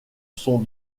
son